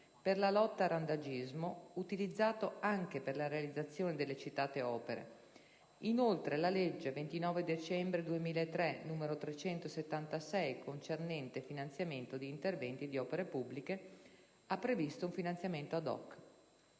per la lotta al randagismo, utilizzato anche per la realizzazione delle citate opere; inoltre, la legge 29 dicembre 2003, n. 376, concernente «Finanziamento di interventi di opere pubbliche», ha previsto un finanziamento *ad hoc*.